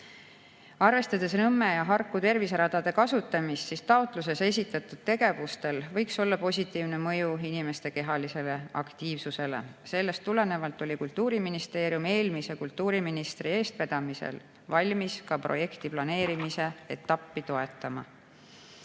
Arvestades Nõmme ja Harku terviseradade kasutamist, võiks taotluses esitatud tegevustel olla positiivne mõju inimeste kehalisele aktiivsusele. Sellest tulenevalt oli Kultuuriministeerium eelmise kultuuriministri eestvedamisel valmis ka projekti planeerimise etappi toetama.